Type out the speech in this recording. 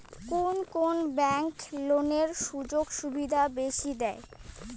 কুন কুন ব্যাংক লোনের সুযোগ সুবিধা বেশি দেয়?